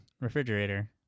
refrigerator